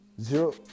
Zero